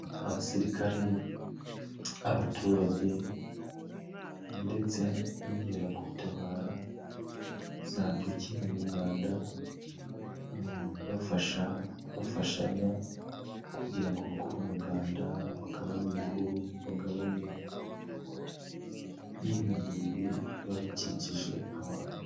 Abasirikare, abaturage, ndetse n'inkeragutabara, zabyukiye mu muganda, bafasha bafashanya kugira ngo bakorere umuganda bagabanye ibihuru, bagabanye n'ibintu bibiba bikikije abantu.